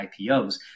ipos